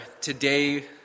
today